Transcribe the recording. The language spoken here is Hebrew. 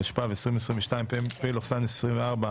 התשפ"ב-2022 (פ/3643/24),